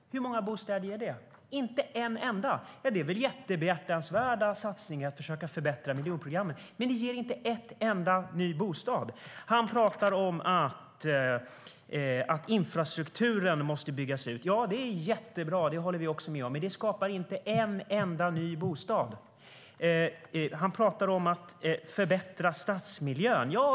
Hur många bostäder ger det? Inte en enda. Det är mycket behjärtansvärda satsningar att försöka förbättra miljonprogrammet, men det ger inte en enda ny bostad. Ministern pratar om att infrastrukturen måste byggas ut. Det är jättebra. Det håller vi med om, men det skapar inte en enda ny bostad. Han pratar om att förbättra stadsmiljön.